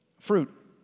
Fruit